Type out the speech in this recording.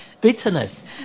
bitterness